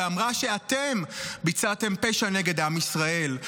ואמרה שאתם ביצעתם פשע נגד עם ישראל.